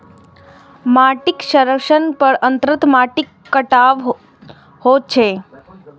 माटिक क्षरण सं अंततः माटिक कटाव होइ छै